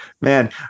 man